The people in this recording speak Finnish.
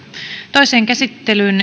toiseen käsittelyyn